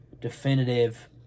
definitive